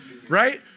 right